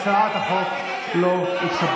אני קובע כי הצעת החוק לא התקבלה.